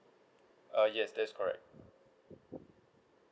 uh yes that's correct